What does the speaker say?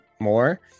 more